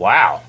Wow